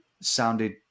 sounded